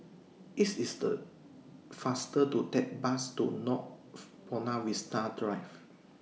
IT IS The faster to Take Bus to North Buona Vista Drive